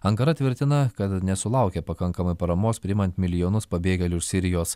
ankara tvirtina kad nesulaukė pakankamai paramos priimant milijonus pabėgėlių iš sirijos